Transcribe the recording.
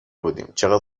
بودیم، چقد